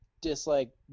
dislike